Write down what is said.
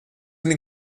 den